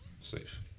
Safe